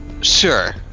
sure